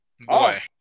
Boy